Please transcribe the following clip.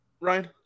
Ryan